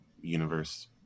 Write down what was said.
universe